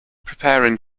preparing